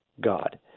God